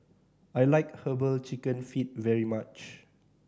I like Herbal Chicken Feet very much